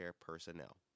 personnel